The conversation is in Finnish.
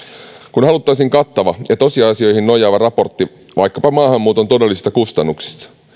kun haluttaisiin kattava ja tosiasioihin nojaava raportti vaikkapa maahanmuuton todellisista kustannuksista